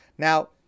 Now